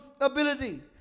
ability